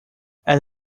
and